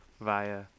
via